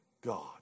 God